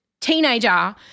teenager –